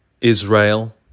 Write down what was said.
Israel